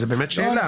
זאת באמת שאלה.